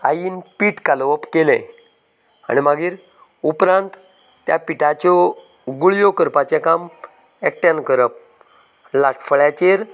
आईन पीठ कालोवप केलें आनी मागीर उपरांत त्या पिठाच्यो गुळयो करपाचे काम एकट्यान करप लाटफळ्याचेर